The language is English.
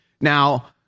Now